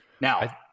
Now